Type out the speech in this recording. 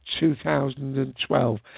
2012